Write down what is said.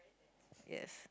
yes